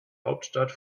hauptstadt